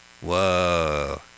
Whoa